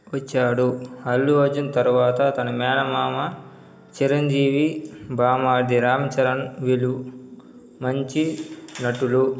వచ్చాడు అల్లు అర్జున్ తరువాత తన మేనమామ చిరంజీవి బావ మరిది రామ్చ రణ్ వీళ్ళు మంచి నటులు